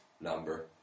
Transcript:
number